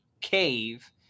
cave